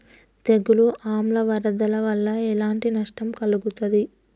తెగులు ఆమ్ల వరదల వల్ల ఎలాంటి నష్టం కలుగుతది?